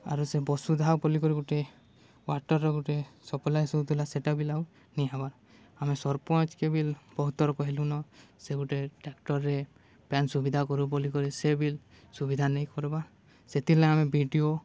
ଆରୁ ସେ ବଷୁଧା ବଲିକରି ଗୁଟେ ୱାଟର୍ ଗୁଟେ ସପ୍ଲଏ ହଉଥିଲା ସେଟା ବିଲ୍ ଆରୁ ନି ହେବାର୍ ଆମେ ସରପଞ୍ଚ୍କେ ବି ବହୁତ୍ ଥର୍ ହେଲୁନ ସେ ଗୁଟେ ଟ୍ରାକ୍ଟର୍ରେ ପାଏନ୍ ସୁବିଧା କରୁ ବୋଲିିକରି ସେ ବିଲ୍ ସୁବିଧା ନେଇ କର୍ବାର୍ ସେଥିର୍ଲାଗି ଆମେ ବି ଡ଼ି ଓ